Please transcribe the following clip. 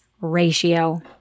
ratio